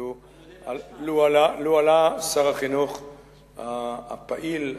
שלו עלה שר החינוך הפעיל,